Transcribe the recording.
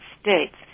States